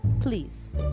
Please